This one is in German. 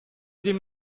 dem